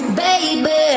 baby